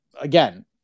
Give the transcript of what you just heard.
again